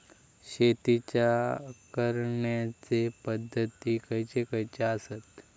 शेतीच्या करण्याचे पध्दती खैचे खैचे आसत?